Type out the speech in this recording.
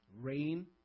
rain